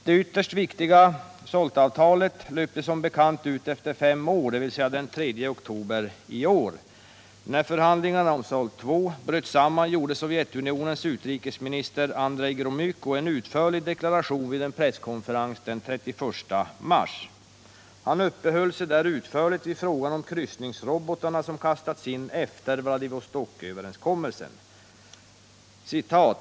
Det ytterst viktiga SALT-avtalet löpte som bekant ut efter fem år, dvs. den 3 oktober i år. När förhandlingarna om SALT II bröt samman gjorde Sovjetunionens utrikesminister Andrej Gromyko en utförlig deklaration vid en presskonferens den 31 mars. Han uppehöll sig där utförligt vid frågan om kryssningsrobotarna, som kastats in efter Vladivostoköverenskommelsen.